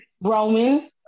Roman